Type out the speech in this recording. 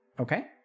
Okay